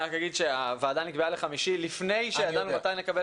אני רק אגיד שהוועדה נקבעה לחמישי לפני שידענו מתי נקבל